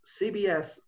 CBS